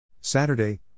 Saturday